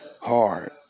Hard